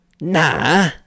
Nah